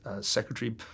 Secretary